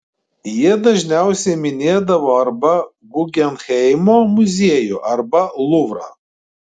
jie dažniausiai minėdavo arba guggenheimo muziejų arba luvrą